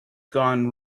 gone